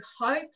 hope